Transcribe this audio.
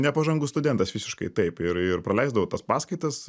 nepažangus studentas visiškai taip ir ir praleisdavau tas paskaitas